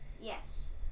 Yes